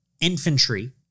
Infantry